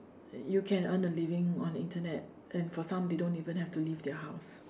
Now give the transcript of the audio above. you can earn a living on the Internet and for some they don't even have to leave their house